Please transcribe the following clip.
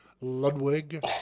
Ludwig